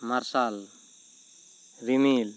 ᱢᱟᱨᱥᱟᱞ ᱨᱤᱢᱤᱞ